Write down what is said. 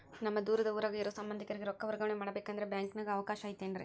ನಮ್ಮ ದೂರದ ಊರಾಗ ಇರೋ ಸಂಬಂಧಿಕರಿಗೆ ರೊಕ್ಕ ವರ್ಗಾವಣೆ ಮಾಡಬೇಕೆಂದರೆ ಬ್ಯಾಂಕಿನಾಗೆ ಅವಕಾಶ ಐತೇನ್ರಿ?